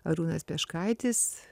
arūnas peškaitis